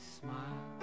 smile